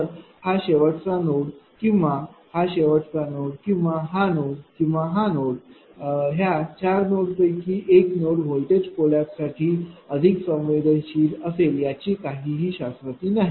तर हा शेवटचा नोड किंवा हा शेवटचा नोड किंवा हा नोड किंवा हा नोडह्या चार नोड पैकी एक नोड व्होल्टेज कोलैप्स साठी अधिक संवेदनशील असेल याची काही शाश्वती नाही